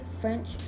French